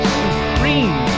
supreme